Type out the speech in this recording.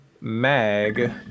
mag